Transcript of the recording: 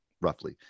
roughly